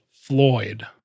Floyd